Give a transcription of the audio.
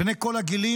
בני כל הגילים,